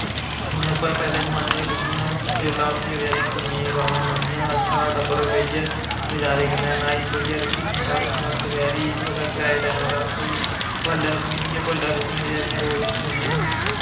जि'यां पैह्लै जमानै च बुड्डियां सवेला उट्ठियै बचैरियां कुन्नियें दियां दालां बनांदियां हां सारा टब्बर बेहियै नज़ारे कन्नै नहाई धोइयै रुट्टी खंदा हा दपैह्री त्रै टैम राती बड्डलै फ्ही बड्डलै बुड्डियां फ्ही उट्ठी जंदियां हां